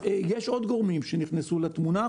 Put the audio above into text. יש עוד גורמים שנכנסו לתמונה,